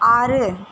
ஆறு